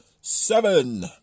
seven